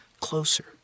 closer